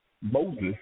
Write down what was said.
Moses